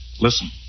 Listen